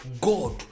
God